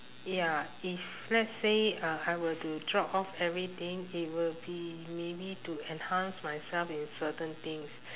ya if let's say uh I were to drop off everything it will be maybe to enhance myself in certain things